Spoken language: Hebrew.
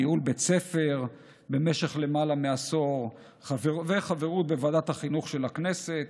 ניהול בית ספר במשך יותר מעשור וחברות בוועדת החינוך של הכנסת.